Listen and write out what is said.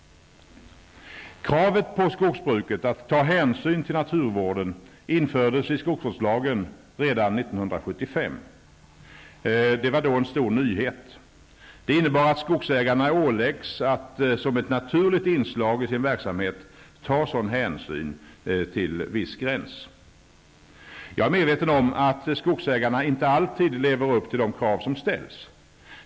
Kravet på skogsbruket att ta hänsyn till naturvården infördes i skogsvårdslagen redan år 1975. Det var då en stor nyhet. Det innebar att skogsägarna åläggs att som ett naturligt inslag i sin verksamhet ta sådan hänsyn till en viss gräns. Jag är medveten om att skogsägarna inte alltid lever upp till de krav som ställs.